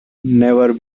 never